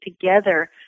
together